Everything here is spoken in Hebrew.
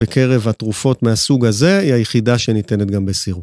בקרב התרופות מהסוג הזה היא היחידה שניתנת גם בסירופ.